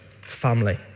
family